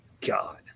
god